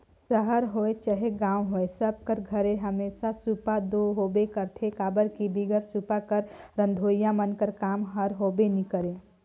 सहर होए चहे गाँव होए सब कर घरे हमेसा सूपा दो होबे करथे काबर कि बिगर सूपा कर रधोइया मन कर काम हर होबे नी करे